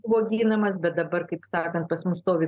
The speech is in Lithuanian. bet dabar kaip sakant pas mus stovi